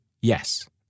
Yes